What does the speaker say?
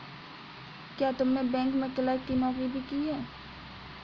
क्या तुमने बैंक में क्लर्क की नौकरी भी की है?